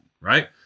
Right